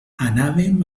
anàvem